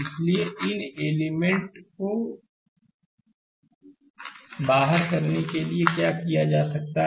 तो इसलिए इन एलिमेंट को बाहर करने के लिए क्या किया जा सकता है